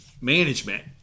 management